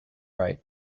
right